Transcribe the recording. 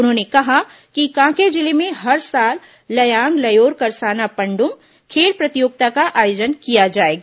उन्होंने कहा कि कांकेर जिले में हर साल लयांग लयोर करसाना पण्डुम खेल प्रतियोगिता का आयोजन किया जाएगा